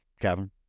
Kevin